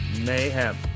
mayhem